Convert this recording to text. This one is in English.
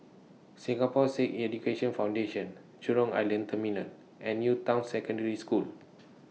Singapore Sikh Education Foundation Jurong Island Terminal and New Town Secondary School